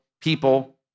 people